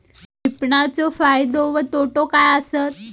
विपणाचो फायदो व तोटो काय आसत?